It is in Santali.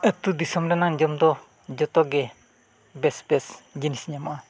ᱟᱹᱛᱩ ᱫᱤᱥᱚᱢ ᱨᱮᱱᱟᱜ ᱡᱚᱢ ᱫᱚ ᱡᱚᱛᱚᱜᱮ ᱵᱮᱥ ᱵᱮᱥ ᱡᱤᱱᱤᱥ ᱧᱟᱢᱚᱜᱼᱟ